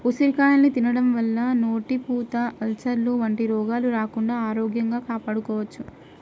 ఉసిరికాయల్ని తినడం వల్ల నోటిపూత, అల్సర్లు వంటి రోగాలు రాకుండా ఆరోగ్యం కాపాడుకోవచ్చు